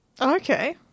Okay